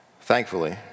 Thankfully